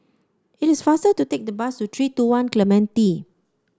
it is faster to take the bus to three two One Clementi